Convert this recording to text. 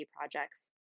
projects